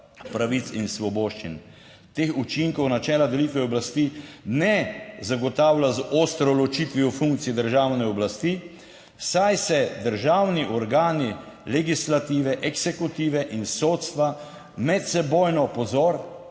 pravic in svoboščin. Teh učinkov načela delitve oblasti ne zagotavlja z ostro ločitvijo funkcij državne oblasti, saj se državni organi legislative eksekutive in sodstva medsebojno, pozor,